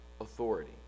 authority